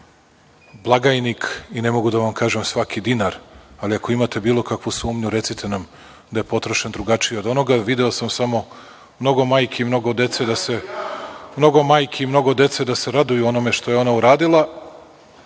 blagajnik i ne mogu da vam pokažem svaki dinar, ali ako imate bilo kakvu sumnju recite nam da je potrošen drugačije. Video sam samo mnogo majki, mnogo dece da se raduju onome što je ona uradila